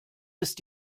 ist